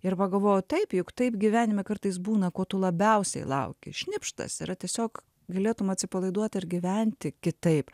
ir pagalvojau taip juk taip gyvenime kartais būna ko tu labiausiai lauki šnipštas yra tiesiog galėtum atsipalaiduot ir gyventi kitaip